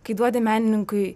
kai duodi menininkui